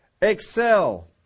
Excel